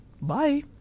Bye